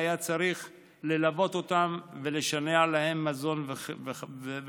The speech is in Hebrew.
היה צריך ללוות אותם ולשנע להם מזון ועוד.